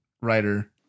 writer